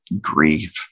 grief